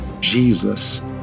Jesus